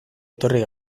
etorri